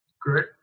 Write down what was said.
Great